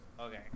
Okay